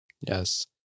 Yes